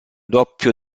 doppio